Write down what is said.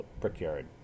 Brickyard